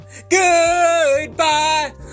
Goodbye